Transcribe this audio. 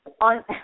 on